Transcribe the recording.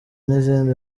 n’izindi